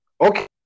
Okay